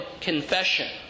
confession